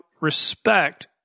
respect